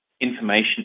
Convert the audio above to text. information